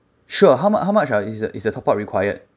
sure how mu~ how much ah is the is the top up required